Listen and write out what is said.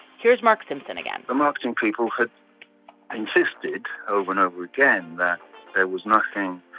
here's mark simpson again remarks and people had insisted over and over again that there was nothing